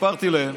סיפרתי להם,